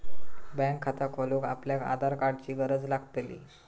bank खाता खोलूक आपल्याक आधार कार्डाची गरज लागतली